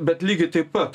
bet lygiai taip pat